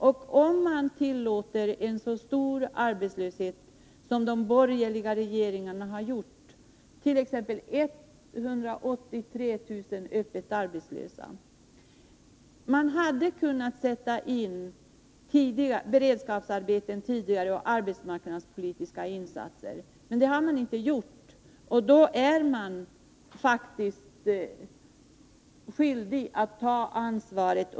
Att tillåta en så stor arbetslöshet som de borgerliga regeringarna har gjort, t.ex. 183 000 öppet arbetslösa, det är inte mänskligt. Man hade kunnat sätta in beredskapsarbeten och andra arbetsmarknadspolitiska insatser tidigare, men det har man inte gjort. Då är man faktiskt skyldig att ta ansvaret.